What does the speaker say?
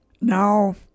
Now